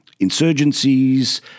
insurgencies